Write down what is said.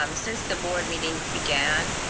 um since the board meeting began,